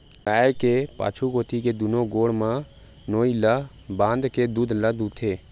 गाय के पाछू कोती के दूनो गोड़ म नोई ल बांधे के दूद ल दूहूथे